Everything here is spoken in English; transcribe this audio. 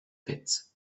pits